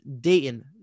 Dayton